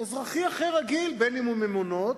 אזרחי רגיל, ממונות,